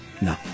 No